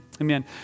Amen